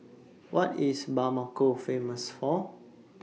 What IS Bamako Famous For